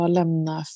lämna